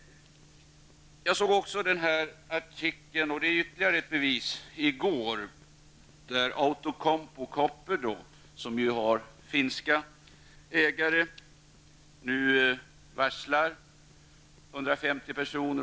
Jag såg också den artikel i går som Birgit Henriksson nämnde. Outokumpu Copper, som ju har finska ägare, har nu varslat 150 personer.